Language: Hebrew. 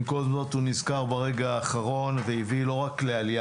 במקום זאת הוא נזכר ברגע האחרון והביא לא רק לעלייה